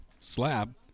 slab